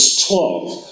twelve